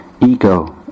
ego